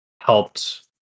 helped